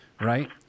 right